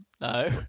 no